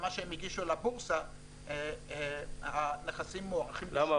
ממה שהם הגישו לבורסה הנכסים מוערכים ב- -- למה?